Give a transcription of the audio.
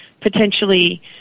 potentially